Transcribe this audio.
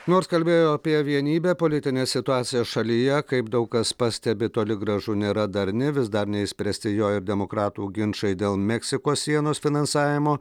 nors kalbėjo apie vienybę politinė situacija šalyje kaip daug kas pastebi toli gražu nėra darni vis dar neišspręsti jo ir demokratų ginčai dėl meksikos sienos finansavimo